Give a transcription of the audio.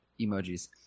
emojis